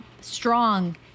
strong